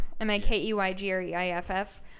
M-I-K-E-Y-G-R-E-I-F-F